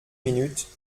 minutes